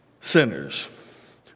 sinners